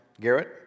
Garrett